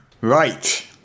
Right